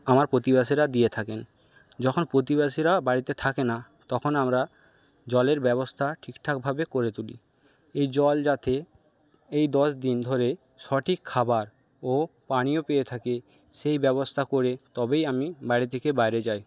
আমার প্রতিবেশীরা দিয়ে থাকেন যখন প্রতিবেশীরা বাড়িতে থাকে না তখন আমরা জলের ব্যবস্থা ঠিকঠাকভাবে করে তুলি এই জল যাতে এই দশ দিন ধরে সঠিক খাবার ও পানীয় পেয়ে থাকে সেই ব্যবস্থা করে তবেই আমি বাড়ি থেকে বাইরে যাই